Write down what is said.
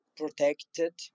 protected